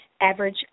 average